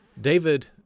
David